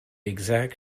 exact